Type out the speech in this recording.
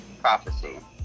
prophecy